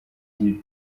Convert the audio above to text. kandi